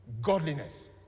godliness